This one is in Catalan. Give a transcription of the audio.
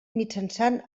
mitjançant